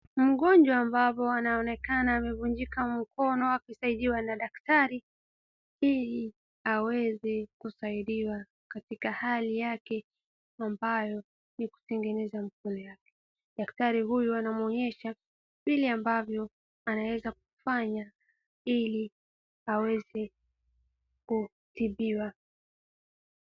Mgonjwa ambapo anaonekana amevunjika mkono akisaidiwa na daktari ili aweze kusaidiwa katika hali yake ambayo ni kutengeneza mkono yake. Daktari huyo anamuonyesha vile ambavyo anaeza kufanya ili aweze kutibiwa.